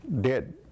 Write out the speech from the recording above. dead